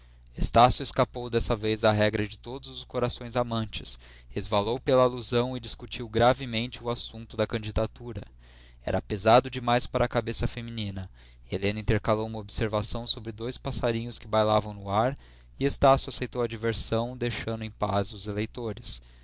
estácio escapou dessa vez à regra de todos os corações amantes resvalou pela alusão e discutiu gravemente o assunto da candidatura era pesado demais para cabeça feminina helena intercalou uma observação sobre dois passarinhos que bailavam no ar e estácio aceitou a diversão deixando em paz os eleitores